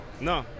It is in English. No